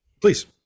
please